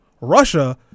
russia